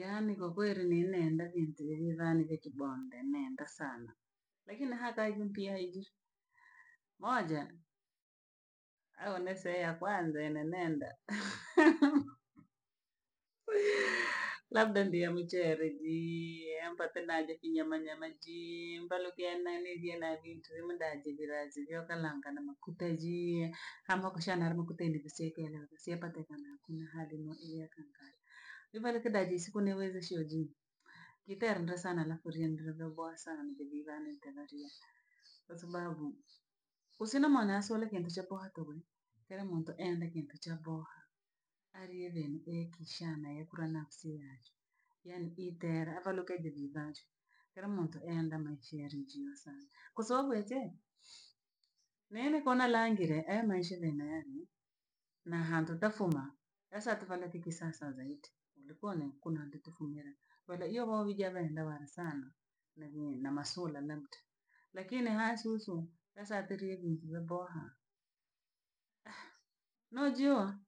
Yaani kwakweri nii naenda vintu vyenye vyani vya kibonde nenda sana, lakini haa taiji mpyela ijishi. moja aone seya kwanza ene nenda labda ndio muchere jiye ya mpate nande vinyamanyama jii mbalokye nanegiye nane nturemuda jegerazye neho kalanga na makute jiie, hamo kosha na lukutele bisekela bhasiepatikana kuna hali imo eleya kangana. Ivaleke daeje esiku naewezeshe wajini kiteandre sana alafu liendre vyo boa sana de vii vane nterariyee, kwa sababu kosina mwanya nsole kentu shebohatobhoni tele muntu endekintu cha boha alie renu rekisha naye kura na usiache, yaani kiitera avaluke de vii vancho. Kera muntu enda manchierenji na sana kwa sababu eche nene kona langile e maisha genaya na hantutafuma esatu vano tikisa sa zaidi ulikuwa nankuna ditufumile wele iyobho bhiliya bhe ndawala sana na masula na mti lakini hasusu la satelye bhuntu we boha. No jua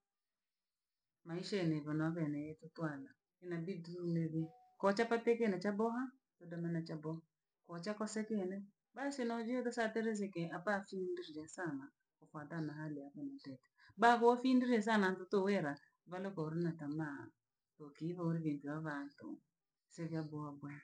maisha ene vanovene etutwara inabidi kotekateke na cha boha lada nane cha boha kochakosekene basi nojire kosate riziki apafumurire sana kofatana na hali ya umuu teta. Babofindrie sana ntoto hera varokoro na tamaa okiibolhe bhenge bha bhato sevyo boha boha.